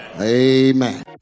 Amen